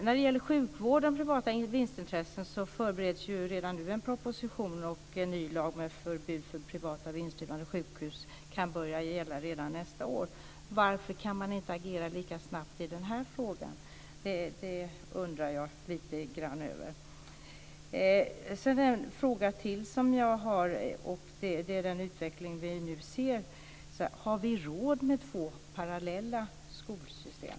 När det gäller privata vinstintressen inom sjukvården förbereds redan nu en proposition, och en ny lag om förbud mot privata vinstdrivande sjukhus kan börja gälla redan nästa år. Varför kan man inte agera lika snabbt i den här frågan? Det undrar jag lite grann över. Jag har en fråga till om den utveckling vi nu ser: Har vi råd med två parallella skolsystem?